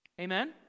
Amen